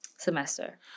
semester